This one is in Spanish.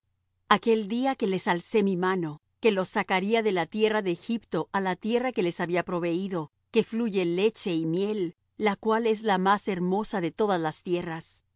aquel día que les alcé mi mano que los sacaría de la tierra de egipto á la tierra que les había proveído que fluye leche y miel la cual es la más hermosa de todas las tierras